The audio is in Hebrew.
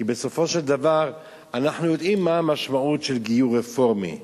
כי בסופו של דבר אנחנו יודעים מה המשמעות של גיור רפורמי,